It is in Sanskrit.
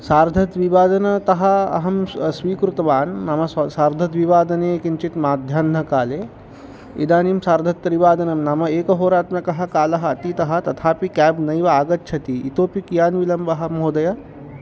सार्धद्विवादनतः अहं स् स्वीकृतवान् नाम स्वा सार्धद्विवादने किञ्चित् माध्याह्नकाले इदानीं सार्धत्रिवादनं नाम एकहोरात्मकः कालः अतीतः तथापि क्याब् नैव आगच्छति इतोपि कियान् विलम्बः महोदय